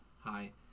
Hi